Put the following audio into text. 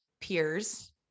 peers